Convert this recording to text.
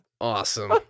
awesome